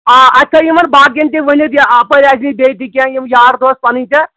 آ اَتہِ تھاو یِمَن باقٕیَن تہِ ؤنِتھ یا اَپٲرۍ آسہِ نَے بیٚیہِ تہِ کیٚنہہ یِم یار دوس پَنٕنۍ ژےٚ